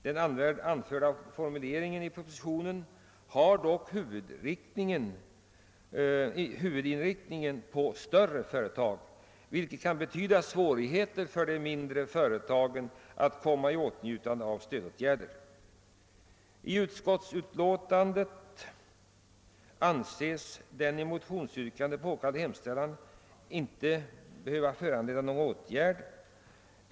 Den anförda formuleringen i propositionen har dock huvudinriktningen på större företag, vilket kan betyda svårigheter för de mindre företagen att komma i åtnjutande av stödåtgärder. [ statsutskottets utlåtande nr 60 uttalas att motionsyrkandet inte bör föranleda någon åtgärd.